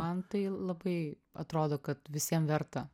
man tai labai atrodo kad visiem verta